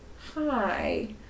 Hi